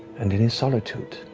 and in his solitude,